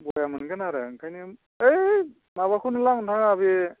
बया मोनगोन आरो ओंखायनो है माबाखौनो लांना बे